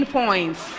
points